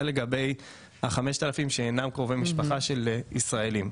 זה לגבי 5,000 שאינם קרובי משפחה של ישראלים.